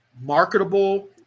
marketable